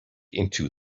into